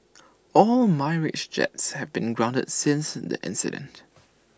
all Mirage jets have been grounded since the incident